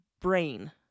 brain